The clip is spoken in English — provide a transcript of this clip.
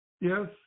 Yes